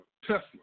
Tesla